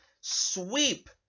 sweep